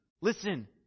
listen